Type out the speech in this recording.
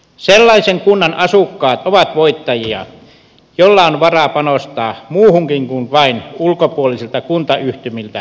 sellaisen kunnan asukkaat ovat voittajia joilla on varaa panostaa muuhunkin kuin vain ulkopuolisilta kuntayhtymiltä ostettaviin peruspalveluihin